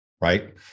right